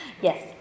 Yes